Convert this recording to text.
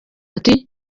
ati